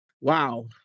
Wow